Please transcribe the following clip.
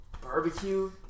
barbecue